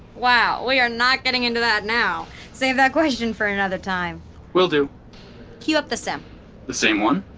wow, we are not getting into that now save that question for another time will do cue up the sim the same one?